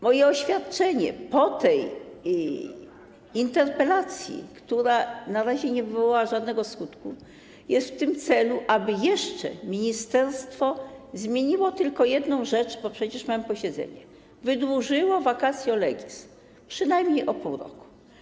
Moje oświadczenie po tej interpelacji, która na razie nie wywołała żadnego skutku, jest w tym celu, aby ministerstwo jeszcze zmieniło tylko jedną rzecz - bo przecież mamy posiedzenie - wydłużyło vacatio legis przynajmniej o pół roku.